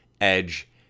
Edge